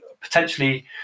potentially